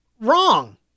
wrong